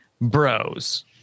bros